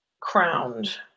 crowned